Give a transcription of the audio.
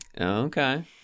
Okay